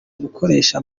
gukoresha